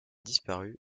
disparus